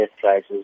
prices